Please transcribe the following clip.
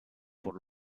por